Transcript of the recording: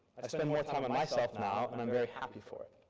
i spend more time on myself now and i'm very happy for it.